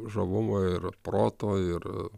žavumo ir proto ir